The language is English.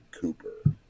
Cooper